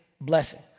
blessing